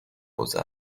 حوزه